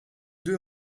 deux